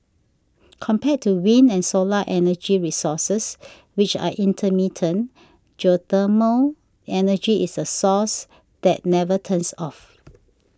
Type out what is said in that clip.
compared to wind and solar energy resources which are intermittent geothermal energy is a resource that never turns off